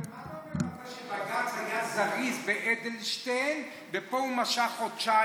ומה אתה אומר על זה שבג"ץ היה זריז עם אדלשטיין ופה הוא משך חודשיים?